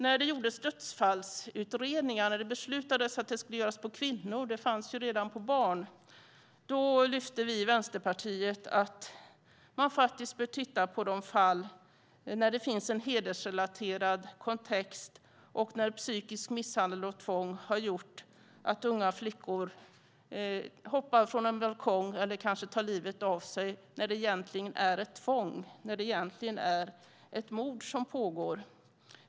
När det beslutades om att det skulle göras dödsorsaksutredningar på kvinnor - det fanns det redan på barn - lyfte vi i Vänsterpartiet fram att man bör titta på de fall där det finns en hedersrelaterad kontext och när psykisk misshandel och tvång har gjort att unga flickor hoppat från en balkong eller kanske tagit livet av sig när det egentligen handlar om ett mord.